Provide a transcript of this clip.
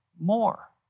more